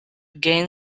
gain